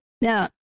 Now